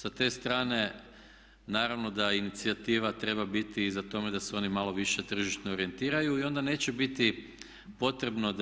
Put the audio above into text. S te strane naravno da inicijativa treba biti i za to da se oni malo više tržišno orijentiraju i onda neće biti potrebno